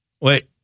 Wait